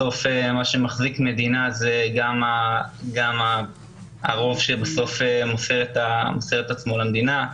בסופו של דבר מה שמחזיק מדינה זה גם הרוב שמוסר את עצמו למדינה.